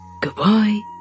Goodbye